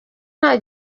nta